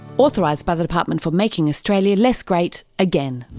authorised by the department for making australia less great, again